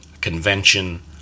convention